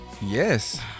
Yes